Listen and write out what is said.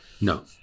no